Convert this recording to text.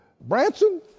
Branson